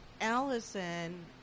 Allison